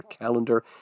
calendar